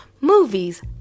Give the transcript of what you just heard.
movies